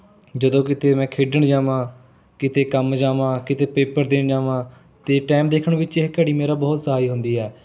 ਜਦੋਂ ਕਿਤੇ ਮੈਂ ਖੇਡਣ ਜਾਵਾਂ ਕਿਤੇ ਕੰਮ ਜਾਵਾਂ ਕਿਤੇ ਪੇਪਰ ਦੇਣ ਜਾਵਾਂ ਤਾਂ ਟਾਈਮ ਦੇਖਣ ਵਿੱਚ ਇਹ ਘੜੀ ਮੇਰਾ ਬਹੁਤ ਸਹਾਈ ਹੁੰਦੀ ਹੈ